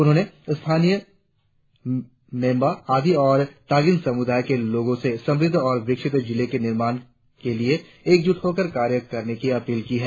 उन्होंने स्थानीय मेंबा आदी और तागिन समुदाय के लोगो से संमृद्ध और विकसित जिले के निर्माण के लिए एकजूट होकर कार्य करने की अपील की है